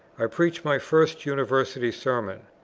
i preached my first university sermon.